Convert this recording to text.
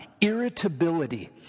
irritability